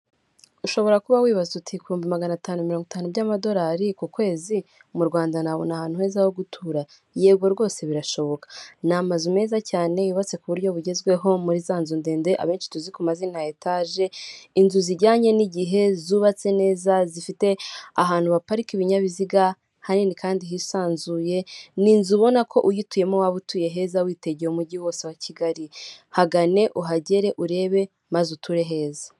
Ushobora kuba wibaza uti ku bihumbi manatanu mirongo itanu by'amadorari ku kwezi mu Rwanda nabona ahantu ho gutura? Yego rwose birashoboka. Ni amazu meza cyane yubatse kuburyo bugezweho muri za nzu ndende abanshi tuzi ku mazina ya etaje inzu zijyanye n'igihe zubatse neza, zifite ahantu baparika ibinyabiziga hanini kandi hisanzuye , ni inzu ubona ko uyituyemo waba utuye neza witegeye umujyi wose wa Kigali, hagane uhagere urebe maze uture heza.